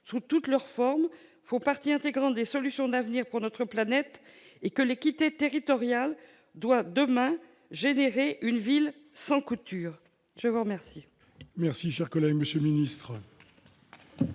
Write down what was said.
sous toutes leurs formes, font partie intégrante des solutions d'avenir pour notre planète et que l'équité territoriale doit engendrer, demain, une ville sans couture ? La parole